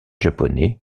japonais